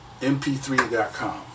mp3.com